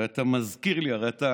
הרי אתה מזכיר לי, הרי אתה